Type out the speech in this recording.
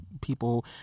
people